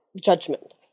judgment